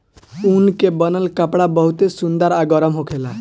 ऊन के बनल कपड़ा बहुते सुंदर आ गरम होखेला